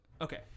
Okay